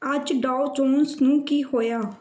ਅੱਜ Dow Jones ਨੂੰ ਕੀ ਹੋਇਆ